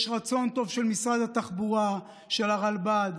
יש רצון טוב של משרד התחבורה, של הרלב"ד.